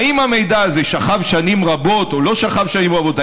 האם המידע הזה שכב שנים רבות או לא שכב שנים רבות,